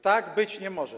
Tak być nie może.